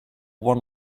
one